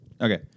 Okay